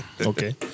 Okay